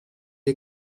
est